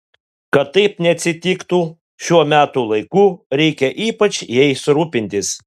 kad taip neatsitiktų šiuo metų laiku reikia ypač jais rūpintis